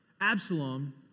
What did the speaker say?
Absalom